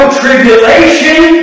tribulation